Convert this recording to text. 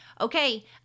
Okay